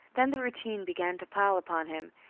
then the routine began to pall upon him.